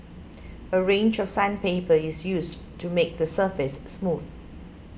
a range of sandpaper is used to make the surface smooth